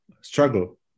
struggle